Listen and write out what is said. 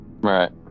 right